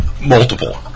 Multiple